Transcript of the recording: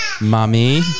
mommy